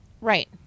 Right